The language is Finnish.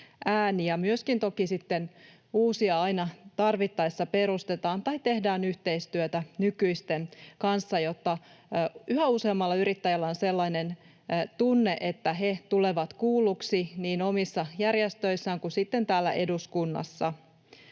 myöskin toki sitten uusia aina tarvittaessa perustetaan tai tehdään yhteistyötä nykyisten kanssa, jotta yhä useammalla yrittäjällä on sellainen tunne, että he tulevat kuulluiksi niin omissa järjestöissään kuin sitten täällä eduskunnassa.